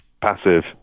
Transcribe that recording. passive